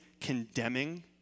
condemning